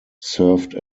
served